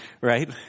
right